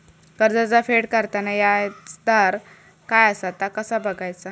कर्जाचा फेड करताना याजदर काय असा ता कसा बगायचा?